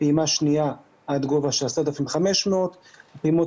פעימה שנייה עד גובה של 10,500. הפעימות